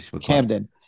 Camden